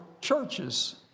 churches